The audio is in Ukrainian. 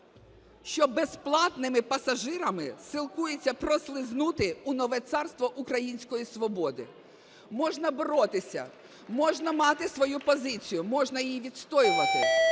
що безплатними пасажирами силкуються прослизнути у нове царство української свободи". Можна боротися, можна мати свою позицію, можна її відстоювати,